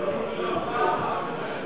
הבאה